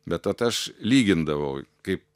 bet vat aš lygindavau kaip